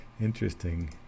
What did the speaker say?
Interesting